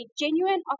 genuine